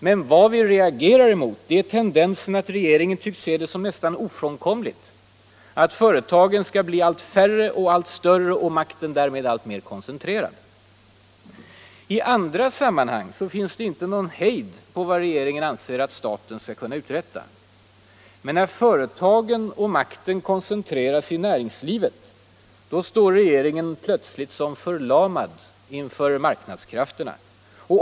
Men vad vi reagerar emot är tendensen att regeringen ser det som nästan ofrånkomligt att företagen skall bli allt färre och allt större och makten därmed alltmer koncentrerad. I andra sammanhang finns det inte någon hejd vad regeringen anser att staten skall kunna uträtta. Men när företagen och makten koncentreras i näringslivet, då står regeringen plötsligt som förlamad inför marknadskrafterna.